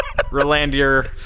Rolandier